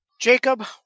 Jacob